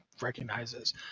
recognizes